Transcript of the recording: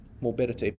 morbidity